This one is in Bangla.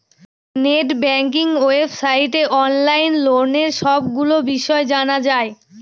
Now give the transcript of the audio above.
নেট ব্যাঙ্কিং ওয়েবসাইটে অনলাইন লোনের সবগুলো বিষয় জানা যায়